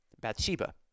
Bathsheba